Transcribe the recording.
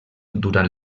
durant